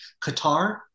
Qatar